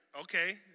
okay